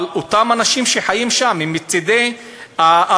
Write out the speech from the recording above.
אבל אותם אנשים שחיים שם מצדי הרכבת,